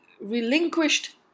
relinquished